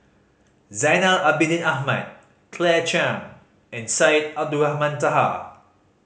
Zainal Abidin Ahmad Claire Chiang and Syed Abdulrahman Taha